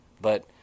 But-